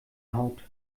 haupt